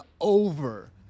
over